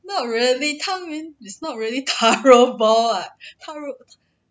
not really tang yuan it's not really taro ball [what] taro